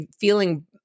feeling